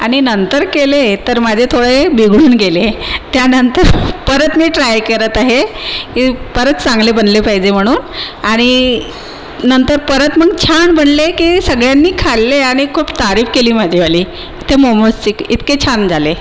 आणि नंतर केले तर माझे थोडे बिघडून गेले त्यानंतर परत मी ट्राय करत आहे की परत चांगले बनले पाहिजे म्हणून आणि नंतर परत मग छान बनले की सगळ्यांनी खाल्ले आणि खूप तारीफ केली माझीवाली त्या मोमोजची की इतके छान झाले